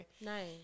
Nice